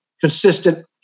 consistent